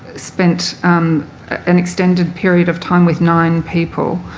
spent an extended period of time with nine people,